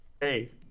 Hey